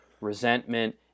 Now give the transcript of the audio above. resentment